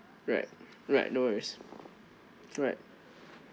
right right no worries right